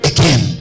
Again